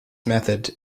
method